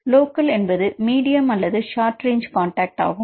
local என்பது medium அல்லது short range contact ஆகும்